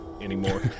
anymore